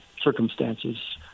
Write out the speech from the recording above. circumstances